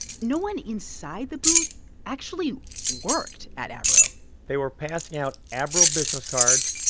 no one inside the booth actually worked at abro they were passing out abro business cards,